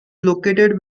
located